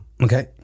okay